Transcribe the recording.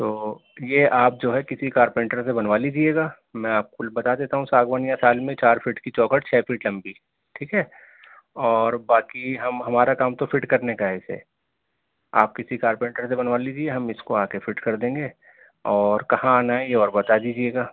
تو یہ آپ جو ہے کسی کارپینٹر سے بنوا لیجیے گا میں آپ کو بتا دیتا ہوں ساگوانیاں سال میں چار فٹ کی چوکھٹ چھ فٹ لمبی ٹھیک ہے اور باقی ہم ہمارا کام تو فٹ کرنے کا ہے اسے آپ کسی کارپینٹر سے بنوا لیجیے ہم اس کو آ کے فٹ کر دیں گے اور کہاں آنا ہے یہ اور بتا دیجیے گا